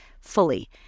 fully